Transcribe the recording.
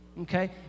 Okay